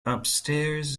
upstairs